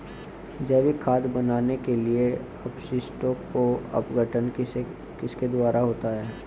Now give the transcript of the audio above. जैविक खाद बनाने के लिए अपशिष्टों का अपघटन किसके द्वारा होता है?